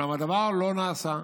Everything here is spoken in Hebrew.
אולם הדבר לא נעשה.